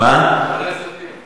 ועדת הכספים.